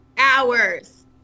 hours